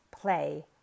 play